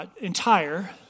Entire